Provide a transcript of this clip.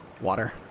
water